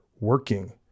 working